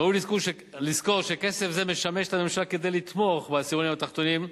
ראוי לזכור שכסף זה משמש את הממשלה כדי לתמוך בעשירונים התחתונים,